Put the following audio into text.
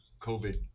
COVID